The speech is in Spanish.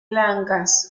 blancas